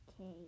Okay